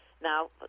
now